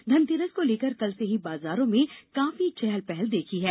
धनतेरस को लेकर कल से ही बाजारों में काफी चहल पहल देखी है